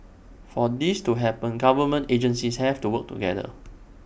for this to happen government agencies have to work together